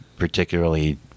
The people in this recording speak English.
Particularly